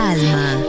Alma